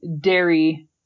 dairy